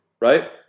right